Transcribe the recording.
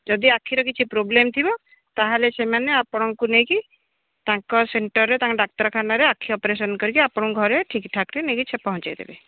ଯଦି ଆଖିର କିଛି ପ୍ରୋବ୍ଲେମ୍ ଥିବ ତା'ହେଲେ ସେମାନେ ଆପଣଙ୍କୁ ନେଇକି ତାଙ୍କ ସେଣ୍ଟର୍ରେ ତାଙ୍କ ଡାକ୍ତରଖାନାରେ ଆଖି ଅପରେସନ୍ କରିକି ଆପଣଙ୍କୁ ଘରେ ଠିକ୍ ଠାକ୍ରେ ନେଇକି ଆପଣଙ୍କୁ ପହଞ୍ଚାଇ ଦେବେ